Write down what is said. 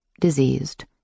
diseased